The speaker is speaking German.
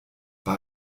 bei